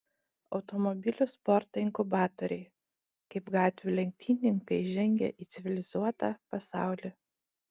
automobilių sporto inkubatoriai kaip gatvių lenktynininkai žengia į civilizuotą pasaulį